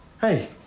hey